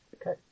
Okay